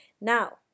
Now